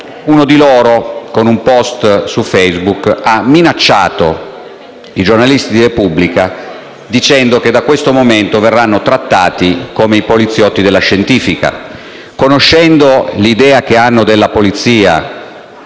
uno di loro con un post su Facebook ha minacciato i giornalisti di questo quotidiano, dicendo che da questo momento verranno trattati come i poliziotti della scientifica. Conoscendo l'idea che hanno della polizia